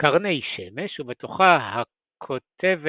קרני שמש ובתוכה הכותבת